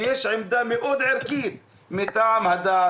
ויש עמדה מאוד ערכית מטעם הדת,